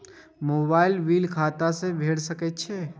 Mobile bill खाता से भेड़ सके छि?